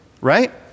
right